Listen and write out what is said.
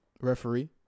referee